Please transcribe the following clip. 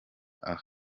aha